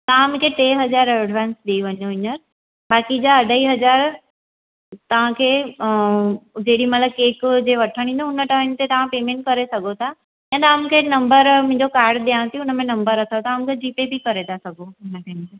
तव्हां मूंखे टे हज़ार एडवांस ॾेई वञो हींअर बाक़ी जा अढाई हज़ार तव्हांखे जेॾीं महिल केक जे वठणु ईंदव हुन टाइम ते तव्हां पेमेंट करे सघो था हिन तव्हांखे नम्बर मुंहिंजो कार्ड ॾिया थी हुन में नम्बर अथव तव्हां हुन में जीपे बि करे था सघो हुन में